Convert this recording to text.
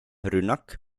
rünnak